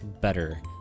better